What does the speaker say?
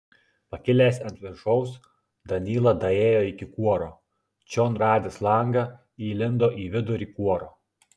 pakilęs ant viršaus danyla daėjo iki kuoro čion radęs langą įlindo į vidurį kuoro